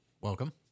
Welcome